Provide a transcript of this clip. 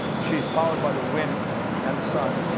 she's powered by the wind and the sun.